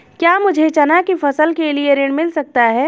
क्या मुझे चना की फसल के लिए ऋण मिल सकता है?